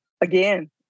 again